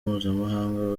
mpuzamahanga